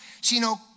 sino